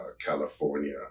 California